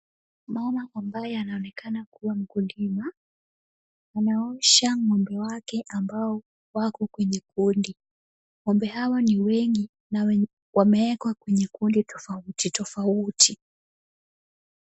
Naona kwa mbao anaonekana kuwa mkulima. Anaosha ng'ombe wake ambao wako kwenye kundi. Ng'ombe hawa ni wengi na wamewekwa kwenye kundi tofauti tofauti.